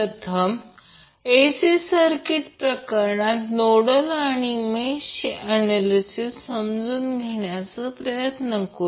प्रथम AC circuit प्रकरणात nodal आणि मेषचे ऍनॅलिसिस समजून घेण्याचा प्रयत्न करूया